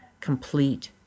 complete